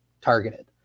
targeted